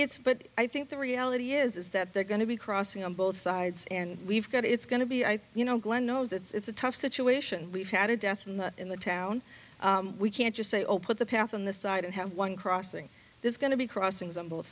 it's but i think the reality is that they're going to be crossing on both sides and we've got it's going to be i you know glenn knows it's a tough situation we've had a death in the in the town we can't just say oh put the path on the side and have one crossing there's going to be crossings on both